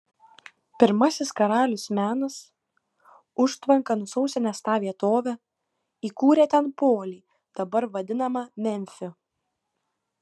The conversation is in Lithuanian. pirmasis karalius menas užtvanka nusausinęs tą vietovę įkūrė ten polį dabar vadinamą memfiu